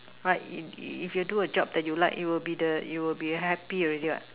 right if if you do a job that you like you will be the you will be happy already what